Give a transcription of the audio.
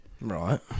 right